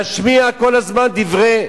להשמיע כל הזמן דברי